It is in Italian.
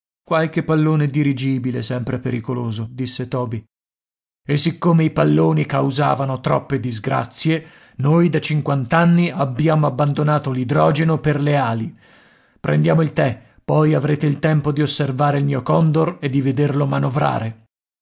qualche pallone dirigibile sempre pericoloso disse toby e siccome i palloni causavano troppe disgrazie noi da cinquant'anni abbiamo abbandonato l'idrogeno per le ali prendiamo il tè poi avrete il tempo di osservare il mio condor e di vederlo manovrare